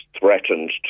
threatened